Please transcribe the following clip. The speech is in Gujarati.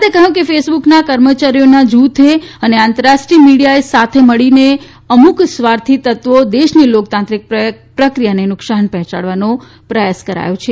તેમણે કહયું કે ફેસબુકના કર્મચારીઓના જુથે અને આંતરરાષ્ટ્રીય મીડીયા સાથે મળીને અમુક સ્વાર્થી તત્વો દેશની લોકતાંત્રિક પ્રક્રિયાને નુકશાન પહોચાડવાનો પ્રયાસ કરાયો છે